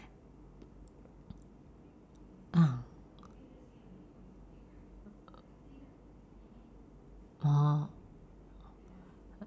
ah orh